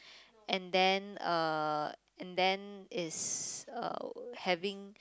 and then uh and then it's uh having